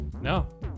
No